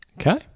Okay